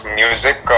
music